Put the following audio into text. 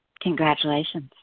Congratulations